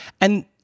And-